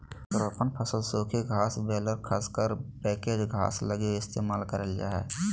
रोपण फसल सूखी घास बेलर कसकर पैकेज घास लगी इस्तेमाल करल जा हइ